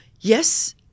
Yes